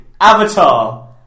Avatar